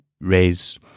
raise